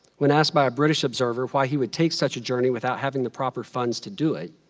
when asked by a british observer why he would take such a journey without having the proper funds to do it,